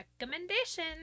recommendation